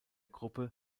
gruppe